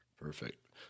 Perfect